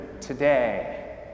today